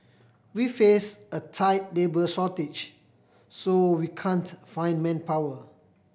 we face a tight labour shortage so we can't find manpower